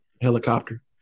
helicopter